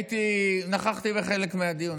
נכחתי בחלק מהדיונים,